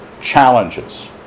challenges